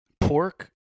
Pork